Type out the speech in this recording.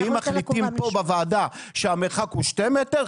ואם מחליטים פה בוועדה שהמרחק הוא שני מטרים,